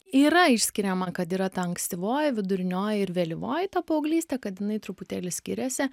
yra išskiriama kad yra ta ankstyvoji vidurinioji ir vėlyvoji ta paauglystė kad jinai truputėlį skiriasi